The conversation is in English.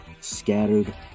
scattered